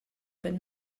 but